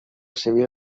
civil